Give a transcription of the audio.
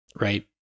right